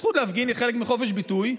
הזכות להפגין היא חלק מחופש הביטוי.